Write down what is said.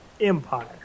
empire